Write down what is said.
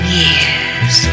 years